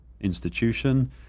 institution